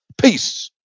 Peace